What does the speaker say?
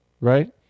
right